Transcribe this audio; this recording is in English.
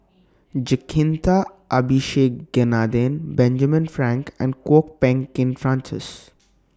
Jacintha Abisheganaden Benjamin Frank and Kwok Peng Kin Francis